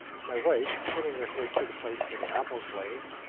my wife, turning her head to the place where the apples lay,